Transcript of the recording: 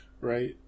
Right